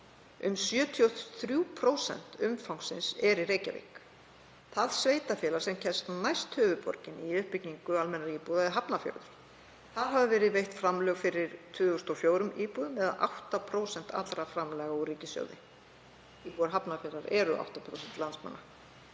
Um 73% umfangsins er í Reykjavík. Það sveitarfélag sem kemst næst höfuðborginni í uppbyggingu almennra íbúða er Hafnarfjörður. Þar hafa verið veitt framlög fyrir 204 íbúðum, eða 8% allra framlaga úr ríkissjóði. Íbúar Hafnarfjarðar eru 8% landsmanna.